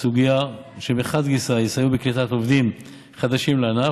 לסוגיה שמחד גיסא יסייעו בקליטת עובדים חדשים לענף,